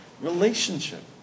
Relationship